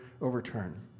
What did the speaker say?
overturn